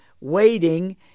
Waiting